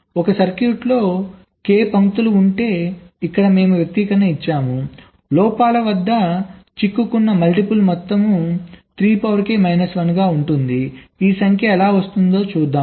ఒక సర్క్యూట్లో k పంక్తులు ఉంటే ఇక్కడ మేము వ్యక్తీకరణ ఇచ్చాము లోపాల వద్ద చిక్కుకున్న ములిటిపుల్ మొత్తం ఉంటుంది ఈ సంఖ్య ఎలా వస్తోంది చూద్దాం